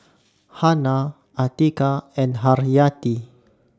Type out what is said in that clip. Hana Atiqah and Haryati